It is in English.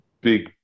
big